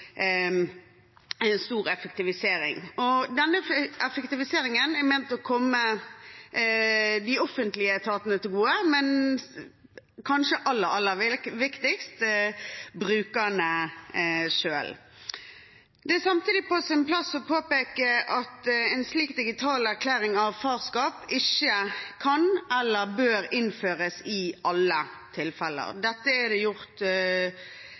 stor effektivisering. Denne effektiviseringen er ment å komme de offentlige etatene til gode, men kanskje aller viktigst gjelder dette brukerne selv. Det er samtidig på sin plass å påpeke at en slik digital erklæring av farskap ikke kan eller bør innføres i alle tilfeller. Dette er det godt gjort